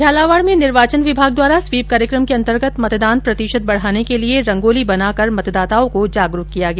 झालावाड में निर्वाचन विभाग द्वारा स्वीप कार्यक्रम के अन्तर्गत मतदान प्रतिशत बढ़ाने के लिए रंगोली बनाकर मतदाताओं को जागरूक किया गया